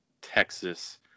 Texas